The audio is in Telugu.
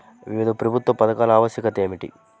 వివిధ ప్రభుత్వ పథకాల ఆవశ్యకత ఏమిటీ?